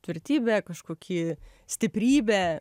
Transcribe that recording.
tvirtybę kažkokį stiprybę